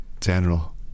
General